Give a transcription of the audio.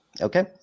Okay